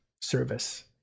service